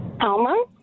Alma